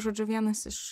žodžiu vienas iš